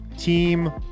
team